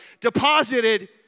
deposited